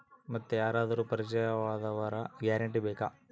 ಮತ್ತೆ ಯಾರಾದರೂ ಪರಿಚಯದವರ ಗ್ಯಾರಂಟಿ ಬೇಕಾ?